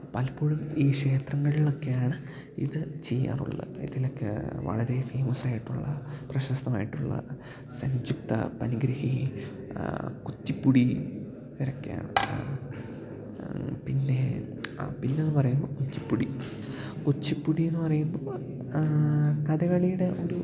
പലപ്പോഴും ഈ ക്ഷേത്രങ്ങലിലൊക്കെയാണ് ഇത് ചെയ്യാറുള്ളത് ഇതിലൊക്കെ വളരേ ഫേമസായിട്ടുള്ള പ്രശസ്തമായിട്ടുള്ള സന്ഞ്ചുക്ത പനിഗൃഹി കുച്ചിപ്പുടി ഇവരൊക്കെയാണ് പിന്നെ പിന്നേന്ന് പറയുമ്പോൾ കുച്ചിപ്പുടി കുച്ചിപ്പുടി എന്ന് പറയുമ്പോൾ കഥകളിയുടെ ഒരു